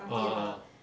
ah ah